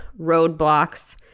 roadblocks